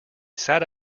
sat